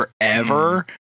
forever